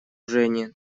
жени